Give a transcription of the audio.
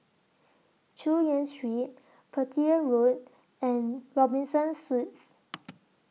Chu Yen Street Petir Road and Robinson Suites